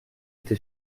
été